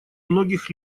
многих